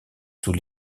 sous